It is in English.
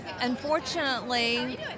Unfortunately